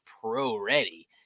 pro-ready